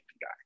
guy